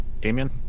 Damien